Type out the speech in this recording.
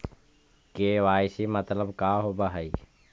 KYC मतलब का होव हइ?